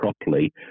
properly